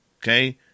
Okay